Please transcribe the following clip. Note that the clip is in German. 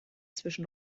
zwischen